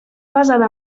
basada